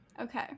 Okay